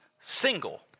single